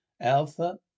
alpha